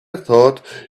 thought